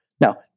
now